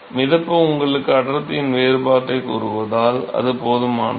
மிதப்பு உங்களுக்கு அடர்த்தியின் வேறுபாட்டைக் கூறுவதால் அது போதுமானது